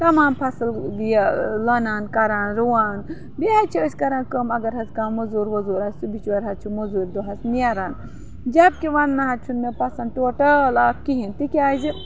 تَمام فَصٕل یہِ لونان کَران رُوان بیٚیہِ حظ چھِ أسۍ کَران کٲم اگر حظ کانٛہہ موٚزوٗر ووٚزوٗر آسہِ سُہ بِچور حظ چھِ موٚزوٗرۍ دۄہَس نیران جَب کہِ وَننہٕ حظ چھُنہٕ مےٚ پَسَنٛد ٹوٹَل اَکھ کِہیٖنۍ تِکیٛازِ